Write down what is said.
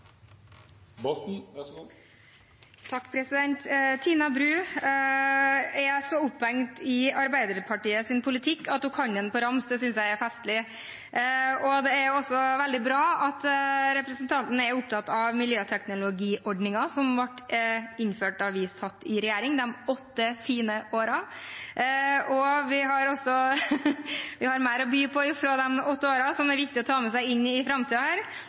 kan den på rams. Det synes jeg er festlig, og det er også veldig bra at representanten er opptatt av miljøteknologiordningen som ble innført da vi satt i regjering – de åtte fine årene. Vi har mer å by på fra de åtte årene som er viktig å ta med seg inn i framtida.